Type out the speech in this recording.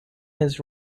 his